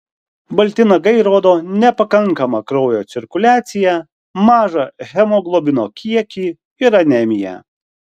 balti nagai rodo nepakankamą kraujo cirkuliaciją mažą hemoglobino kiekį ir anemiją